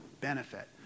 benefit